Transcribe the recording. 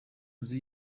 nzu